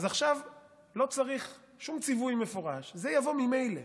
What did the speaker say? אז עכשיו לא צריך שום ציווי מפורש, זה יבוא ממילא.